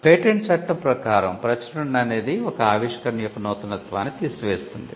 patent చట్టం ప్రకారం ప్రచురణ అనేది ఒక ఆవిష్కరణ యొక్క నూతనత్వాన్ని తీసివేస్తుంది